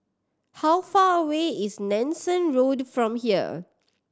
how far away is Nanson Road from here